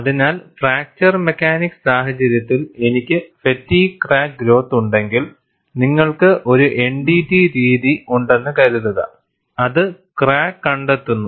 അതിനാൽ fracture mechanics സാഹചര്യത്തിൽ എനിക്ക് ഫാറ്റീഗ് ക്രാക്ക് ഗ്രോത്തുണ്ടെങ്കിൽ നിങ്ങൾക്ക് ഒരു NDT രീതി ഉണ്ടെന്ന് കരുതുക അത് ക്രാക്ക് കണ്ടെത്തുന്നു